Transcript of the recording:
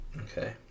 Okay